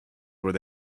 where